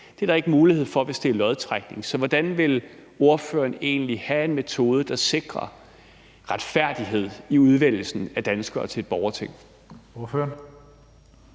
Det er der ikke mulighed for, hvis det er lodtrækning. Så hvordan vil ordføreren egentlig bruge en metode, der sikrer retfærdighed i udvælgelsen af danskere til et borgerting?